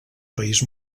país